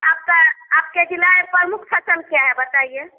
आपका आपके जिला ए प्रमुख फसल क्या है बताइए